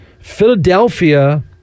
Philadelphia